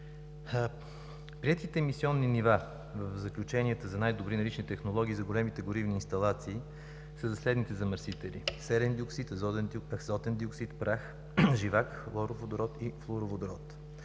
Приетите емисионни нива в заключенията за най-добри налични технологии за големите горивни инсталации са за следните замърсители – серен диоксид, азотен диоксид, прах, живак, хлороводород и флуороводород.